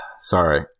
Sorry